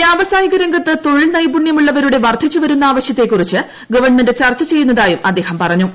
വ്യവസായിക രംഗത്ത് തൊഴിൽ നൈപുണ്യമുള്ളവരുടെ വർദ്ധിച്ചുവരുന്ന ആവശ്യത്തെക്കുറിച്ച് ഗവൺമെന്റ് ചർച്ച ചെയ്യുന്നതായും അദ്ദേഹം പറഞ്ഞു